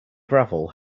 gravel